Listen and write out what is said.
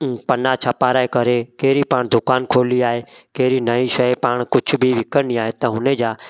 पना छपाराए करे कहिड़ी पाण दुकानु खोली आहे कहिड़ी नईं शइ पाण कुझु बि विकिणणी आहे त हुन जा